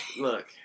Look